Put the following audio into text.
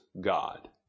God